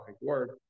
work